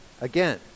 again